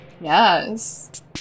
Yes